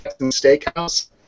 Steakhouse